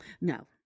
No